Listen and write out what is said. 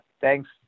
thanks